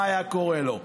מה היה קורה לו.